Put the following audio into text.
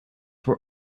were